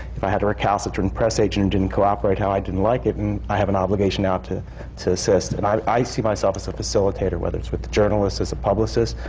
if i had a recalcitrant press agent who didn't cooperate, how i didn't like it, and i have an obligation now to to assist. and i i see myself as a facilitator, whether it's with journalists as a publicist.